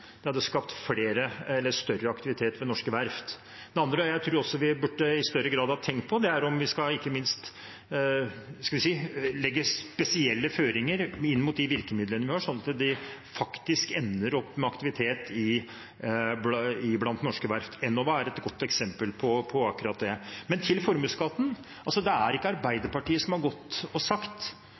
hadde skapt større aktivitet ved norske verft. Det andre jeg tror vi i større grad burde tenkt på, er om vi skal legge spesielle føringer inn mot de virkemidlene vi har, så de faktisk ender opp med aktivitet i norske verft. Enova er et godt eksempel på akkurat det. Til formuesskatten: Det er altså ikke Arbeiderpartiet som har